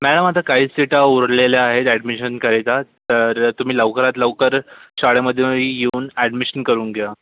madam आता काही सिटा उरलेल्या आहेत ॲडमिशनकरिता तर तुम्ही लवकरात लवकरच शाळेमधे इ येउन ॲडमिशन करून घ्या